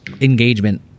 engagement